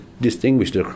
distinguished